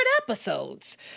episodes